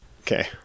Okay